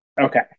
okay